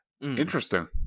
Interesting